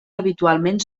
habitualment